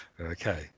Okay